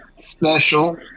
special